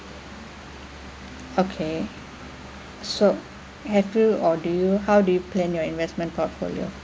okay so have you or do you how do you plan your investment portfolio